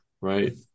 right